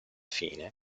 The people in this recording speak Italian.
fine